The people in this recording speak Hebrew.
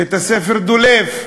בית-הספר דולף.